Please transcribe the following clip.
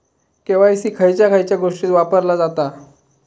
KYC खयच्या खयच्या गोष्टीत वापरला जाता?